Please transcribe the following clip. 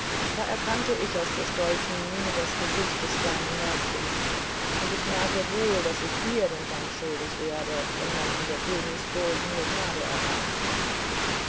da erkannte ich aus der stolzen miene das gesicht des kleinen mädchens und ich merkte wohl daß ich dir den dank schuldig werde wenn man in der königsburg mir gnade erwies